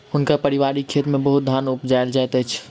हुनकर पारिवारिक खेत में बहुत धान उपजायल जाइत अछि